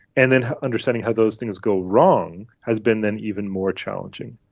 and then understanding how those things go wrong has been then even more challenging.